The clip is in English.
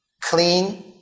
clean